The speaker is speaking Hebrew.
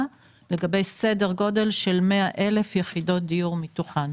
לגבי סדר גודל של 100,000 יחידות דיור מתוכן,